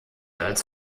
als